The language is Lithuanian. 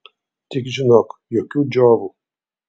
tik žinok jokių džiovų